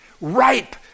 ripe